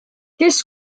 kes